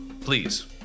please